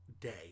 day